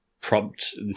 prompt